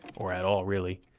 or at all, really.